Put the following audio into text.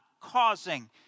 causing